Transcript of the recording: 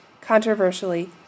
controversially